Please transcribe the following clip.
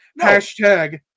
hashtag